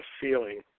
feeling